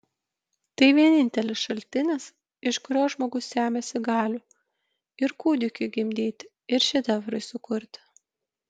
tai vienintelis šaltinis iš kurio žmogus semiasi galių ir kūdikiui gimdyti ir šedevrui sukurti